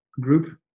group